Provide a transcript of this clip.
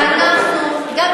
גם אנחנו פריפריה.